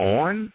on